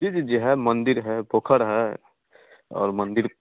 जी जी जी है मंदिर है पोखर है और मंदिर